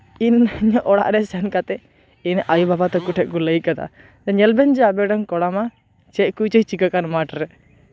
ᱤᱧ ᱤᱧᱟᱹᱜ ᱚᱲᱟᱜ ᱨᱮ ᱥᱮᱱ ᱠᱟᱛᱮᱫ ᱤᱧ ᱟᱭᱩ ᱵᱟᱵᱟ ᱛᱟᱠᱚ ᱴᱷᱮᱱ ᱠᱚ ᱞᱟᱹᱭ ᱠᱟᱫᱟ ᱧᱮᱞᱵᱮᱱ ᱟᱵᱮᱱ ᱨᱮᱱ ᱠᱚᱲᱟ ᱢᱟ ᱪᱮᱫ ᱠᱚᱪᱚᱭ ᱪᱤᱠᱟᱹᱜ ᱠᱟᱱ ᱢᱟᱴᱷᱨᱮ